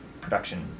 production